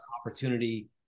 opportunity